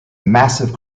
massive